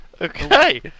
okay